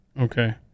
Okay